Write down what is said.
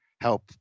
help